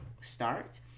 start